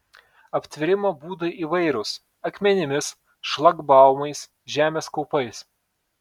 aptvėrimo būdai įvairūs akmenimis šlagbaumais žemės kaupais